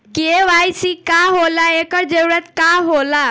KYC का होला एकर जरूरत का होला?